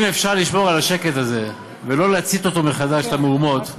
אם אפשר לשמור על השקט הזה ולא להצית מחדש את המהומות,